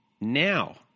Now